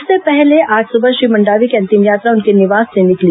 इससे पहले आज सुबह श्री मंडावी की अंतिम यात्रा उनके निवास से निकली